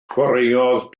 chwaraeodd